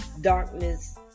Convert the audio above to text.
Darkness